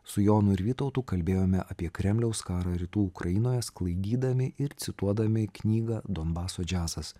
su jonu ir vytautu kalbėjome apie kremliaus karą rytų ukrainoje sklaidydami ir cituodami knygą donbaso džiazas